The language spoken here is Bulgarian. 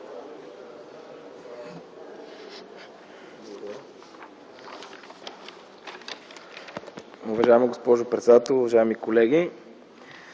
Уважаема госпожо председател, уважаеми колеги!